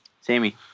Sammy